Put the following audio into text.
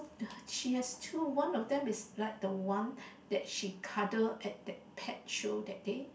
she has two one of them is like the one that she cuddle at that pet show that day